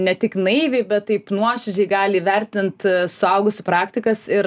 ne tik naiviai bet taip nuoširdžiai gali vertint suaugusių praktikas ir